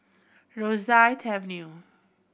Rosyth Avenue